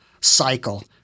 cycle